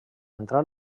entrar